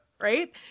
Right